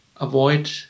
avoid